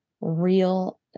real